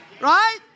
right